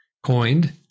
Coined